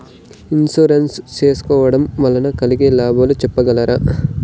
Insurance సేసుకోవడం వల్ల కలిగే లాభాలు సెప్పగలరా?